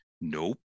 Nope